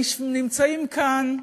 נמצאים כאן,